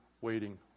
waiting